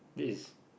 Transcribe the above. that is